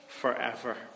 forever